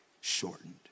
shortened